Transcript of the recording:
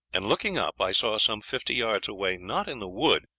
and looking up i saw some fifty yards away, not in the wood,